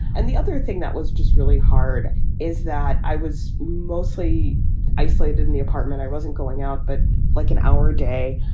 and the other thing that was just really hard is that i was mostly isolated in the apartment. i wasn't going out. but like an hour a day,